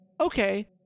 okay